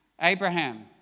Abraham